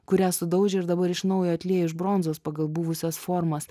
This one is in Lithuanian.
kurią sudaužė ir dabar iš naujo atlieja iš bronzos pagal buvusias formas